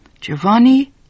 Giovanni